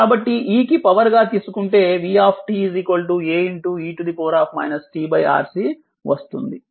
కాబట్టి e కి power గా తీసుకుంటే v A e tRC వస్తుంది